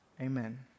Amen